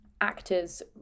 actors